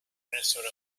minnesota